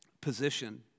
position